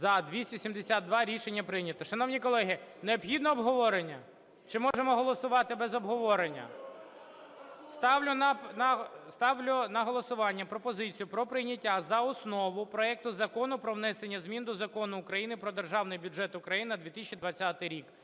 За-272 Рішення прийнято. Шановні колеги, необхідно обговорення чи можемо голосувати без обговорення? Ставлю на голосування пропозицію про прийняття за основу проекту Закону про внесення змін до Закону України "Про Державний бюджет України на 2020 рік"